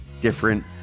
different